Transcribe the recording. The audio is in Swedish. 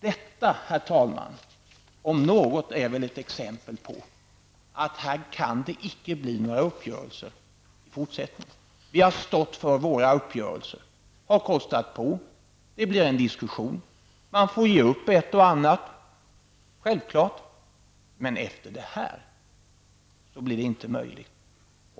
Detta, herr talman, är väl om något ett bevis på att det i fortsättningen inte kan bli några uppgörelser. Vi har stått för våra uppgörelser. Det har kostat på. Det blir en diskussion, och man får ge upp ett och annat. Det är självklart. Men efter det här är det inte möjligt.